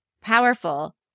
powerful